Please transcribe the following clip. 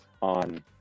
on